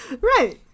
Right